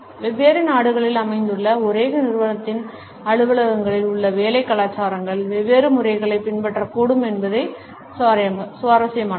வெவ்வேறு நாடுகளில் அமைந்துள்ள ஒரே நிறுவனத்தின் அலுவலகங்களில் உள்ள வேலை கலாச்சாரங்கள் வெவ்வேறு முறைகளைப் பின்பற்றக்கூடும் என்பது சுவாரஸ்யமானது